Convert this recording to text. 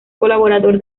colaborador